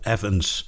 Evans